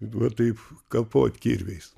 va taip kapot kirviais